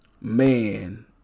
Man